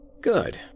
Good